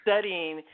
Studying